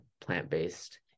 plant-based